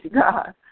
God